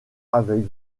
avec